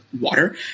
water